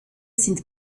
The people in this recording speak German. sind